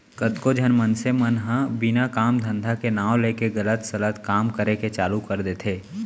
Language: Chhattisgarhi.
कतको झन मनसे मन ह बिना काम धंधा के नांव लेके गलत सलत काम करे के चालू कर देथे